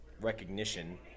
recognition